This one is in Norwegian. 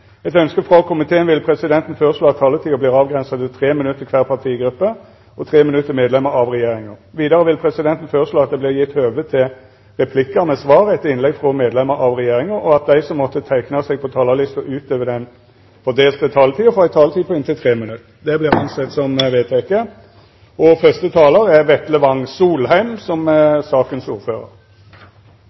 Etter ønske frå finanskomiteen vil presidenten føreslå at taletida vert avgrensa til 5 minutt til kvar partigruppe og 5 minutt til medlemer av regjeringa. Vidare vil presidenten føreslå at det – innanfor den fordelte taletida – vert gjeve høve til replikkar med svar etter innlegg frå medlemer av regjeringa, og at dei som måtte teikna seg på talarlista utover den fordelte taletida, får ei taletid på inntil 3 minutt. Det er vedteke.